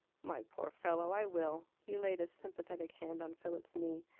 my poor fellow, i will! he laid a sympathetic hand on philip's knee.